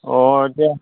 অঁ এতিয়া